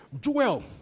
Joel